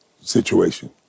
situation